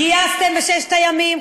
גייסתם בששת הימים,